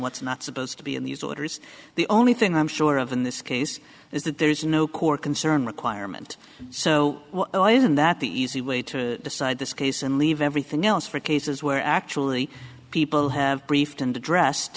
what's not supposed to be in these letters the only thing i'm sure of in this case is that there's no court concern requirement so why isn't that the easy way to decide this case and leave everything else for cases where actually people have briefed and addressed